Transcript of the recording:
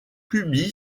publie